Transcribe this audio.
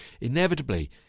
Inevitably